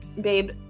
babe